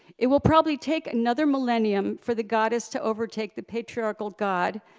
it will probably take another millennium for the goddess to overtake the patriarchal god,